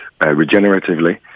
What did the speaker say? regeneratively